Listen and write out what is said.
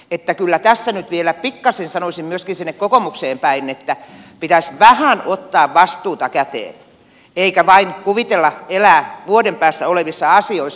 että kyllä tässä nyt vielä pikkasen sanoisin myöskin sinne kokoomukseen päin pitäisi ottaa vastuuta käteen eikä vain elää vuoden päässä olevissa asioissa